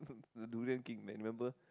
the durian king man remember